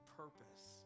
purpose